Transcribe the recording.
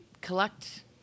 collect